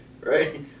right